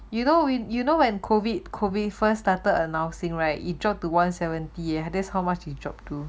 you know you know when COVID COVID first started announcing right it drop to one seventy that's how much it drop to